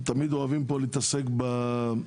תמיד אוהבים פה להתעסק בקליטה,